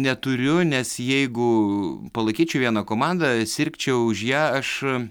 neturiu nes jeigu palaikyčiau vieną komandą sirgčiau už ją aš